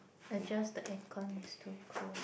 adjust the aircon it's too cold